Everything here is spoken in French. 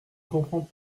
comprends